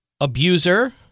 Abuser